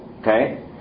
Okay